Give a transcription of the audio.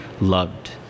loved